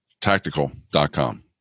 tactical.com